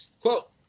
Quote